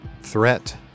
threat